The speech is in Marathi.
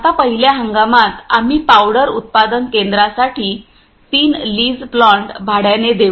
आता पहिल्या हंगामात आम्ही पावडर उत्पादन केंद्रासाठी 3 लीज प्लांट भाड्याने देऊ